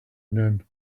noon